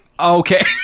okay